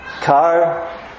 car